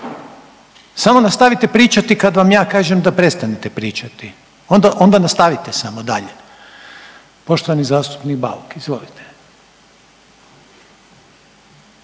samo nastavite pričati kada vam ja kažem da prestanete pričati. Onda nastavite samo dalje. Poštovani zastupnik Bauk izvolite.